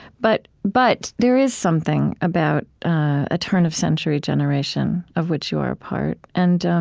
but but there is something about a turn of century generation of which you are part. and